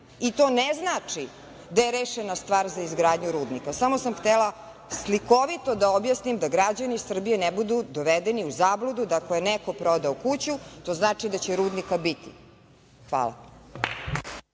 i to ne znači da je rešena stvar za izgradnju rudnika. Samo sam htela slikovito da objasnim da građani Srbije ne budu dovedeni u zabludu da ako je neko prodao kuću, to znači da će rudnika biti. Hvala